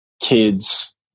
kids